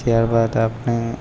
ત્યારબાદ આપણે